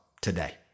today